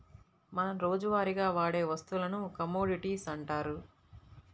మనం రోజువారీగా వాడే వస్తువులను కమోడిటీస్ అంటారు